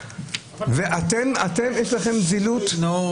"יודח השופט צבי סגל.